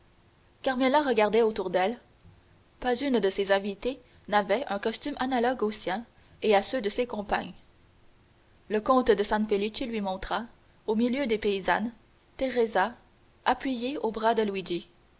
carmela regardait tout autour d'elle pas une de ses invitées n'avait un costume analogue au sien et à ceux de ses compagnes le comte san felice lui montra au milieu des paysannes teresa appuyée au bras de luigi